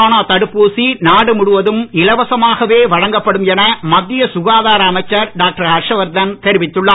corona தடுப்பூசி நாடு முழுவதும் இலவசமாகவே வழங்கப்படும் என மத்திய சுகாதார அமைச்சர் டாக்டர் ஹர்ஷ் வர்தன் தெரிவித்துள்ளார்